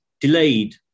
delayed